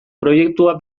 proiektua